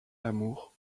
l’amour